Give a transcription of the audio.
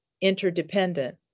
interdependent